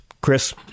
Chris